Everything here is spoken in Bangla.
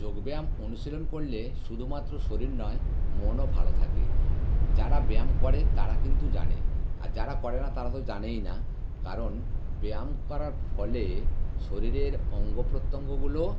যোগ ব্যায়াম অনুশীলন করলে শুধুমাত্র শরীর নয় মনও ভালো থাকে যারা ব্যায়াম করে তারা কিন্তু জানে আর যারা করে না তারা তো জানেই না কারণ ব্যায়াম করার ফলে শরীরের অঙ্গ প্রত্যঙ্গগুলো